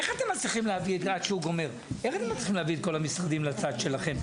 איך אתם מצליחים להביא את כל המשרדים לצד שלכם?